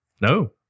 No